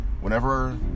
Whenever